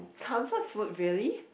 comfort food really